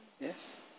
Yes